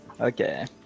Okay